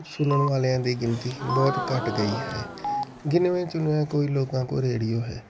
ਸੁਣਨ ਵਾਲਿਆਂ ਦੀ ਗਿਣਤੀ ਬਹੁਤ ਘੱਟ ਗਈ ਹੈ ਗਿਨਵੇਂ ਚੁਣਵੇਂ ਕੋਈ ਲੋਕਾਂ ਕੋਲ ਰੇਡੀਓ ਹੈ